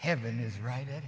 heaven is right